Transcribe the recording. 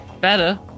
better